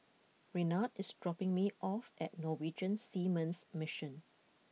Renard is dropping me off at Norwegian Seamen's Mission